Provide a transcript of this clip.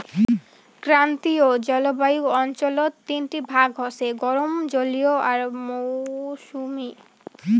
ক্রান্তীয় জলবায়ু অঞ্চলত তিনটি ভাগ হসে গরম, জলীয় আর মৌসুমী